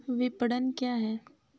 विपणन क्या है?